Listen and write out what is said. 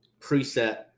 preset